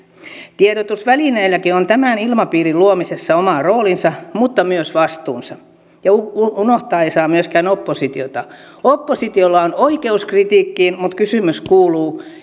tiedotusvälineilläkin on tämän ilmapiirin luomisessa oma roolinsa mutta myös vastuunsa unohtaa ei saa myöskään oppositiota oppositiolla on oikeus kritiikkiin mutta kysymys kuuluu